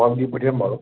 অঁ দি পঠিয়াম বাৰু